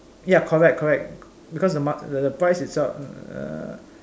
ya correct correct because the ma~ the price itself uh